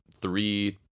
three